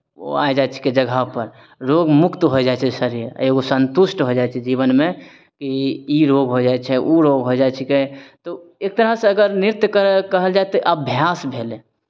ओ आइ जाइ छिकै जगहपर रोग मुक्त होइ जाइ छै शरीर एगो सन्तुष्ट होइ जाइ छै जीवनमे ई ई रोग होइ जाइ छै ओ रोग होइ जाइ छिकै तऽ एक तरहसँ अगर नृत्य करयके कहल जाय तऽ अभ्यास भेलै